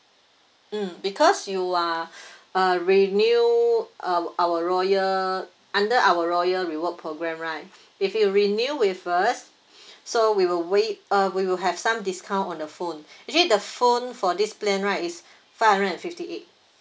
mm because you are uh renew uh our loyal under our loyal reward programme right if you renew with us so we will waive uh we will have some discount on the phone actually the phone for this plan right is five hundred and fifty eight